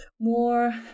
more